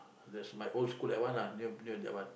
yes my old school that one ah near near that one